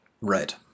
Right